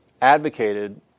advocated